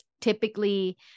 typically